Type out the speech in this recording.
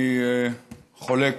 אני חולק,